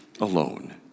alone